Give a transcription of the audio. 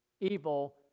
evil